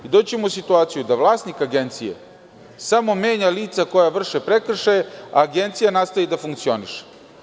Mi ćemo doći u situaciju da vlasnik agencije samo menja lica koja vrše prekršaje, a agencija nastavi da funkcioniše.